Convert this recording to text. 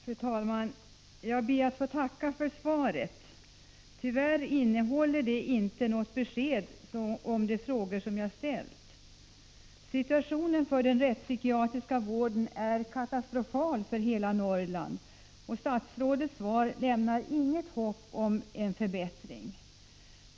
Fru talman! Jag ber att få tacka för svaret. Tyvärr innehåller det inte något besked om de frågor som jag har ställt. Situationen för den rättspsykiatriska vården är katastrofal för hela Norrland, och statsrådets svar ger inget hopp om någon förbättring.